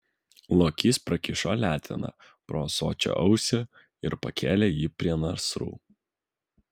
lokys prakišo leteną pro ąsočio ausį ir pakėlė jį prie nasrų